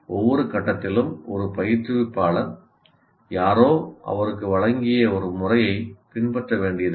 ஒவ்வொரு கட்டத்திலும் ஒரு பயிற்றுவிப்பாளர் யாரோ அவருக்கு வழங்கிய ஒரு முறையைப் பின்பற்ற வேண்டியதில்லை